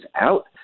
out